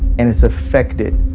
and it's affected